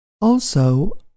Also